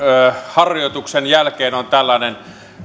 harjoituksen jälkeen on tällainen